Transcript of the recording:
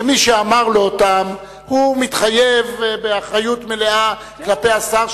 שמי שאמר לו אותם מתחייב באחריות מלאה כלפי השר,